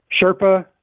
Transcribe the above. Sherpa